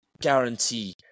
guarantee